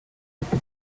porte